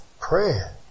prayer